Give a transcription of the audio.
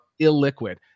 illiquid